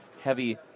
heavy